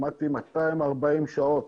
ולמדתי 240 שעות,